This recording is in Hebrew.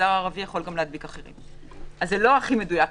אבל המגזר הערבי יכול גם להדביק אחרים.